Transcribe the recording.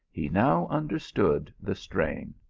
he now understood the strain.